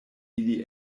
ili